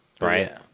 Right